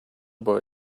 boy